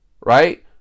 Right